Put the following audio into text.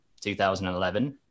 2011